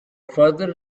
further